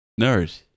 Nerd